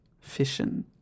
fission